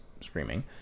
screaming